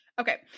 Okay